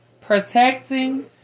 Protecting